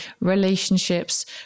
relationships